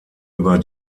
über